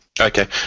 Okay